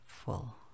full